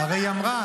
מה היא אמרה?